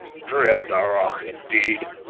drimdarroch, indeed!